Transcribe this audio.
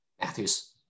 Matthews